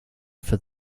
for